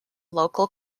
local